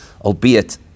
albeit